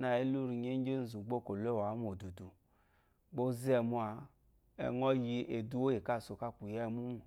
Nâ é lú rinye íŋgyì énzù gbá o kò ló èwà wú mu òdùdù, gbá ɔ́ zɔ́ ɛmwú ǎ, ŋɔ yi eduwó íyì káa sò káa kwù yá ɛmwú mô,